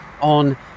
on